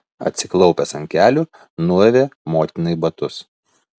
atsiklaupęs ant kelių nuavė motinai batus